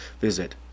visit